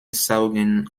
saugen